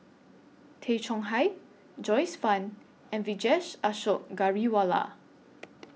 Tay Chong Hai Joyce fan and Vijesh Ashok Ghariwala